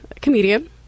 comedian